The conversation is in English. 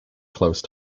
close